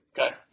Okay